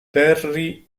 terry